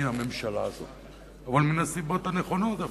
מהממשלה הזאת, אבל מן הסיבות הנכונות דווקא,